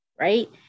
right